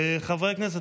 חברי הכנסת,